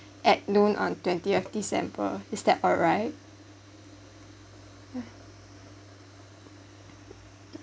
at noon on twentieth december is that alright ya